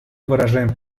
выражаем